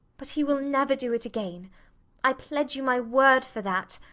but he will never do it again i pledge you my word for that.